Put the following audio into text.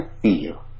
feel